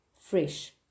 fresh